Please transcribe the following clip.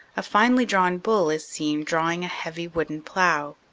a finely drawn bull is seen drawing a heavy wooden plow.